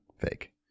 Fake